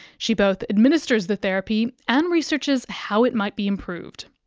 she both administers the therapy and researches how it might be improved.